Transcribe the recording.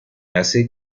hace